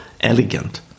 elegant